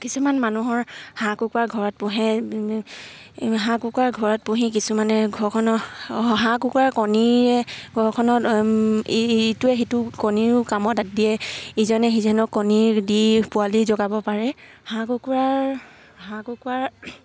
কিছুমান মানুহৰ হাঁহ কুকুৰাৰ ঘৰত পোহে হাঁহ কুকুৰাৰ ঘৰত পুহি কিছুমানে ঘৰখনৰ হাঁহ কুকুৰাৰ কণীৰে ঘৰখনত ইটোৱে সিটো কণীৰেও কামত দিয়ে ইজনে সিজনক কণী দি পোৱালি জগাব পাৰে হাঁহ কুকুৰাৰ